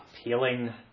appealing